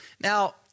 Now